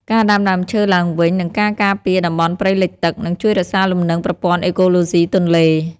ការដាំដើមឈើឡើងវិញ និងការការពារតំបន់ព្រៃលិចទឹក នឹងជួយរក្សាលំនឹងប្រព័ន្ធអេកូឡូស៊ីទន្លេ។